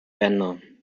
banner